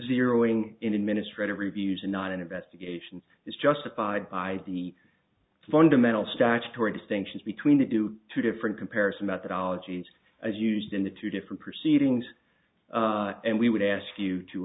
zeroing in administrative reviews not in investigations is justified by the fundamental statutory distinctions between the due to different comparison methodologies as used in the two different proceedings and we would ask you to